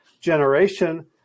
generation